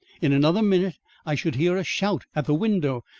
in another minute i should hear a shout at the window,